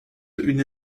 une